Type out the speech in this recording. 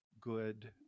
good